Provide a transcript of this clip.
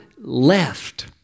left